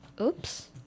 oops